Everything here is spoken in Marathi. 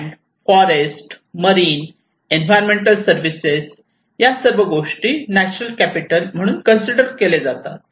land forest marine environmental service Land forests marine environmental services या सर्व गोष्टी नॅचरल कॅपिटल म्हणून कन्सिडर केल्या जातात